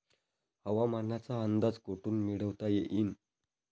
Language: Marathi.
हवामानाचा अंदाज कोठून मिळवता येईन?